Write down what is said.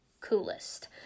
coolest